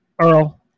Earl